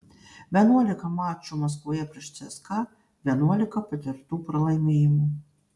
vienuolika mačų maskvoje prieš cska vienuolika patirtų pralaimėjimų